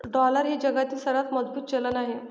dollar हे जगातील सर्वात मजबूत चलन आहे